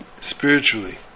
spiritually